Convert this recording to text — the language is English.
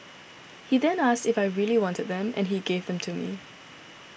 he then asked if I really wanted them and he gave them to me